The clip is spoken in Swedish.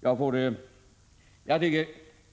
sysslar med.